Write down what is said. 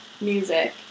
music